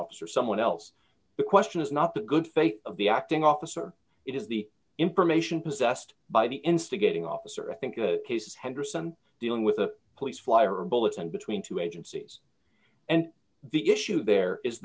officer someone else the question is not a good faith of the acting officer it is the information possessed by the instigating officer i think the case henderson dealing with the police flyer or bulletin between two agencies and the issue there is